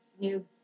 new